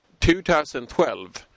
2012